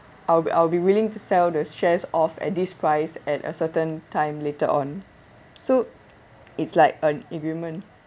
I'll be I'll be willing to sell the shares off at this price at a certain time later on so it's like uh an agreement